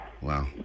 Wow